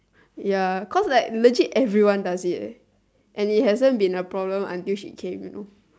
ya cause like legit everyone does it eh and it hasn't been a problem until she came you know